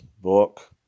book